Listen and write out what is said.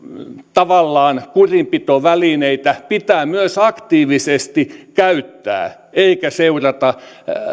tavallaan kurinpitovälineitä pitää myös aktiivisesti käyttää eikä seurata